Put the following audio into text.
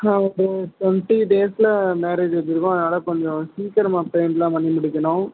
ஒரு ட்வெண்ட்டி டேஸில் மேரேஜ் வச்சுருக்கோம் அதனால் கொஞ்சம் சீக்கிரமாக பெயிண்ட்லாம் பண்ணி முடிக்கணும்